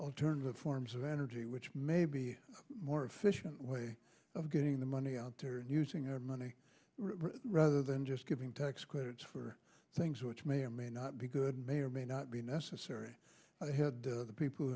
alternative forms of energy which may be more efficient way of getting the money out there and using our money rather than just giving tax credits for things which may or may not be good may or may not be necessary ahead of the people who